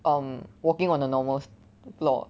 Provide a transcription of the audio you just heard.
um walking on the normal floor